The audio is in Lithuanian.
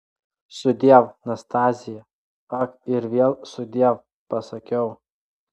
sudiev nastazija ak ir vėl sudiev pasakiau